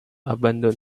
abandon